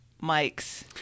Mike's